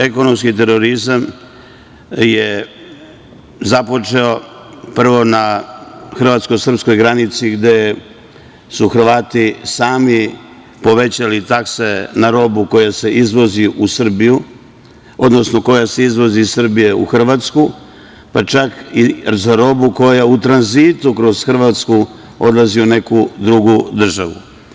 Ekonomski terorizam je započeo prvo na hrvatsko-srpskoj granici, gde su Hrvati sami povećali takse na robu koja se izvozi iz Srbije u Hrvatsku, pa čak i za robu koja u tranzitu kroz Hrvatsku odlazi u neku drugu državu.